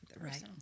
Right